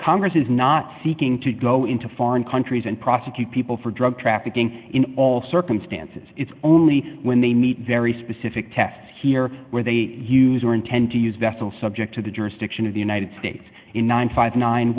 congress is not seeking to go into foreign countries and prosecute people for drug trafficking in all circumstances it's only when they meet very specific tests here where they use or intend to use vessel subject to the jurisdiction of the united states in nine